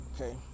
okay